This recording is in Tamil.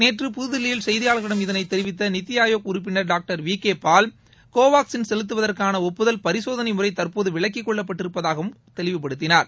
நேற்று புதுதில்லியில் செய்தியாளர்களிடம் இதனை தெரிவித்த நித்தி ஆயோக் உறப்பினர் doctor V K Paul Covaxin செலுத்துவதற்கான ஒப்புதல் பரிசோதனை முறை தற்போது விலக்கிக் கொள்ளப்பட்டிருப்பதாகவும் தெளிவுபடுத்தினார்